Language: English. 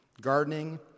gardening